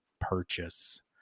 purchase